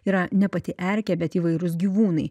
yra ne pati erkė bet įvairūs gyvūnai